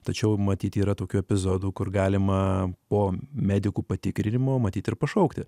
tačiau matyt yra tokių epizodų kur galima po medikų patikrinimo matyt ir pašaukti